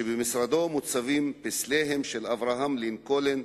שבמשרדו מוצבים פסליהם של אברהם לינקולן,